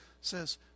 says